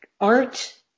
art